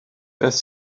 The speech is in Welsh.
beth